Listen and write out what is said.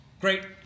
Great